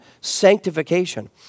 sanctification